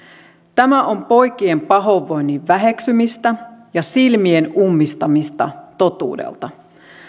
tämä on poikien pahoinvoinnin väheksymistä ja silmien ummistamista totuudelta